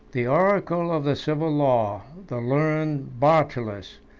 the oracle of the civil law, the learned bartolus,